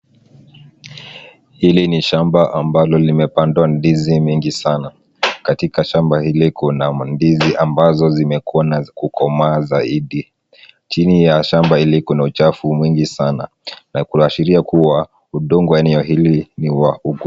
Hili ni shamba ambalo limepandwa ndizi mingi sana. Katika shamba hili, kuna mandizi ambazo zimekuwa na kukomaa zaidi. Chini ya shamba hili, kuna uchafu mwingi sana na kunaashiria kuwa udongo wa eneo hili ni wa ukulima.